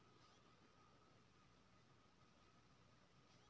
बीज के भी उपचार कैल जाय की?